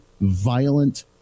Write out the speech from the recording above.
violent